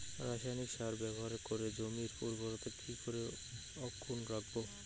রাসায়নিক সার ব্যবহার করে জমির উর্বরতা কি করে অক্ষুণ্ন রাখবো